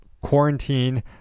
quarantine